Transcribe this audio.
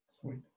Sweet